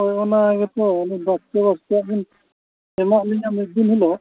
ᱦᱳᱭ ᱚᱱᱟ ᱜᱮᱛᱚ ᱵᱟᱥᱠᱮ ᱵᱟᱥᱠᱮᱭᱟᱜ ᱵᱤᱱ ᱮᱢᱟᱜ ᱞᱤᱧᱟ ᱢᱤᱫ ᱫᱤᱱ ᱦᱤᱞᱳᱜ